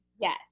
Yes